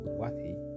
worthy